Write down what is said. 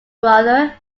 brother